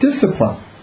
discipline